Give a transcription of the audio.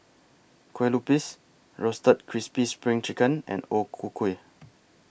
Kueh Lupis Roasted Crispy SPRING Chicken and O Ku Kueh